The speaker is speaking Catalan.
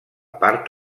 part